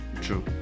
true